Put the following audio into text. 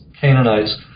Canaanites